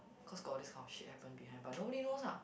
cause got this kind of shit happen behind nobody knows ah